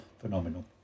phenomenal